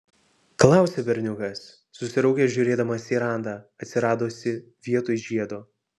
klausia berniukas susiraukęs žiūrėdamas į randą atsiradusį vietoj žiedo